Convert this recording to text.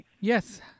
Yes